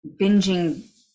binging